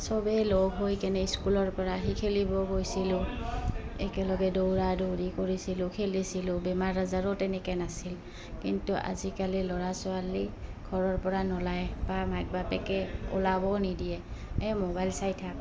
চবেই লগ হৈ কেনে স্কুলৰ পৰা আহি খেলিব গৈছিলোঁ একেলগে দৌৰা দৌৰি কৰিছিলোঁ খেলিছিলোঁ বেমাৰ আজাৰো তেনেকৈ নাছিল কিন্তু আজিকালি ল'ৰা ছোৱালী ঘৰৰ পৰা নোলাই বা মাক বাপেকে ওলাবও নিদিয়ে এই মোবাইল চাই থাক